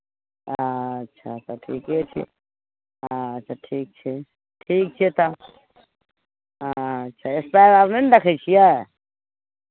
अच्छा तऽ ठीके छै हँ अच्छा ठीक छै ठीक छै तऽ अच्छा स्प्रे आर नहि ने रखै छियै